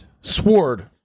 Sword